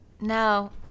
No